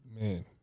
man